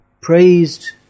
praised